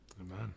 Amen